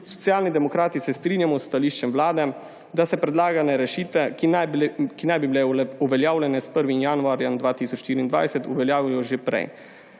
Socialni demokrati se strinjamo s stališčem Vlade, da se predlagane rešitve, ki naj bi bile uveljavljene s 1. januarjem 2024, uveljavijo že prej.